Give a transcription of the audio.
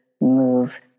move